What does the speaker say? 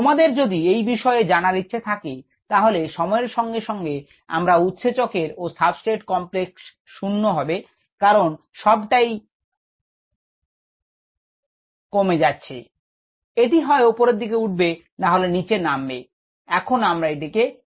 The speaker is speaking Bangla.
তোমাদের যদি এই বিষয়ে জানার ইচ্ছে থাকে তাহলে সময়ের সঙ্গে সঙ্গে আমরা উৎসেচকের ও সাবস্ট্রেট কমপ্লেক্স শূন্য হবে কারণ সবটাই জমে যাচ্ছে এটি হয় ওপরের দিকে উঠবে না হলে নিচে নামবে এখানে এর মান শূন্য ধরবো